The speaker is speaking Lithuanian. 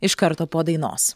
iš karto po dainos